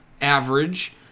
average